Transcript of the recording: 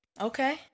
Okay